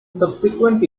subsequent